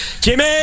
Jimmy